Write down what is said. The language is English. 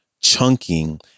chunking